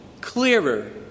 clearer